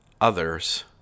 others